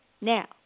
Now